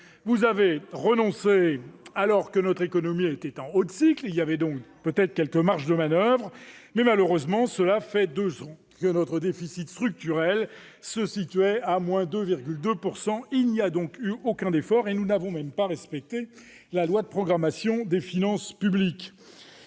Vous avez renoncé, alors que notre économie était en haut de cycle ; il y avait donc, peut-être, quelques marges de manoeuvre à exploiter. Malheureusement, cela fait deux ans que notre déficit structurel se situe à 2,2 %. Aucun effort n'a donc été fait, et nous n'avons même pas respecté la loi de programmation des finances publiques.